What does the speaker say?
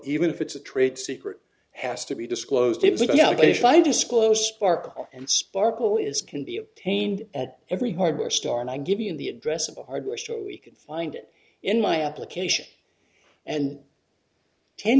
even if it's a trade secret has to be disclosed if you know if i disclose sparkle and sparkle is can be obtained at every hardware store and i give you the address of a hardware store we could find it in my application and ten